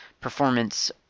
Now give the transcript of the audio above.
Performance